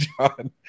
John